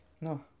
No